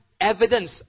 evidence